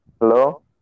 hello